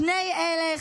שני אלה,